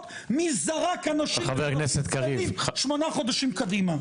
מי זרק מהלשכות אנשים לשמונה חודשים קדימה.